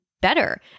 better